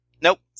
Nope